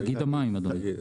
תאגיד המים, אדוני.